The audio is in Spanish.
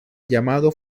llamado